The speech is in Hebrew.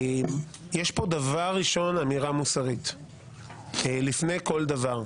יש פה דבר ראשון אמירה מוסרית לפני כל דבר.